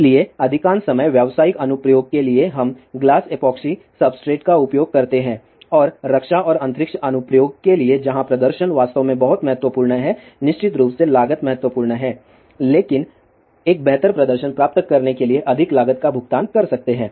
इसलिए अधिकांश समय व्यावसायिक अनुप्रयोग के लिए हम ग्लास एपॉक्सी सब्सट्रेट का उपयोग करते हैं और रक्षा और अंतरिक्ष अनुप्रयोग के लिए जहां प्रदर्शन वास्तव में बहुत महत्वपूर्ण है निश्चित रूप से लागत महत्वपूर्ण है लेकिन एक बेहतर प्रदर्शन प्राप्त करने के लिए अधिक लागत का भुगतान कर सकते हैं